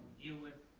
you would.